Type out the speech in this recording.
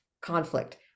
conflict